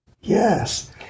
Yes